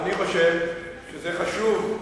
אני חושב שזה חשוב,